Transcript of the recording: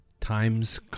times